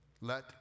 Let